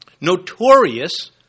notorious